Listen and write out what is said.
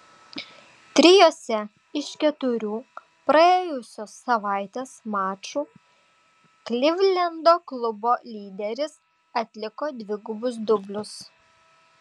trijuose iš keturių praėjusios savaitės mačų klivlendo klubo lyderis atliko dvigubus dublius